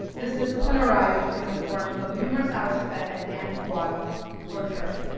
this discipline arrived in the form of numerous hours spent at dance squad or terp,